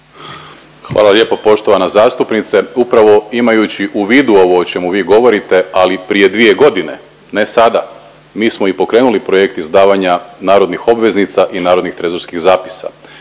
Hvala lijepo poštovana zastupnice. Upravo imajući u vidu ovo o čemu vi govorite, ali prije 2 godine ne sada mi smo i pokrenuli projekt izdavanja narodnih obveznica i narodnih trezorskih zapisa